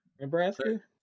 Nebraska